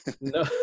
no